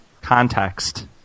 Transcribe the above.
context